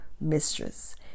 mistress